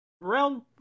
round